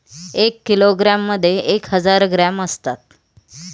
एक किलोग्रॅममध्ये एक हजार ग्रॅम असतात